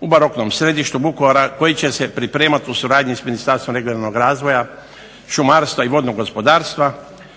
u baroknom središtu Vukovara koji će se pripremati u suradnji s Ministarstvom regionalnog razvoja, šumarstva i vodnog gospodarstva,